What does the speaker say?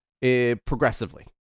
progressively